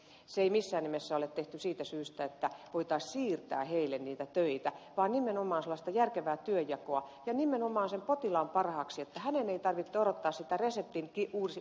sitä ei missään nimessä ole tehty siitä syystä että voitaisiin siirtää heille niitä töitä vaan se on nimenomaan sellaista järkevää työnjakoa ja nimenomaan sen potilaan parhaaksi että hänen ei tarvitse odottaa sitä reseptin uudistamista tms